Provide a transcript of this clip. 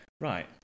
right